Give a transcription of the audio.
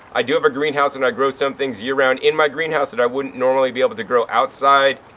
i do have a greenhouse and i grow some things year round in my greenhouse that i wouldn't normally be able to grow outside,